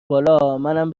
بالامنم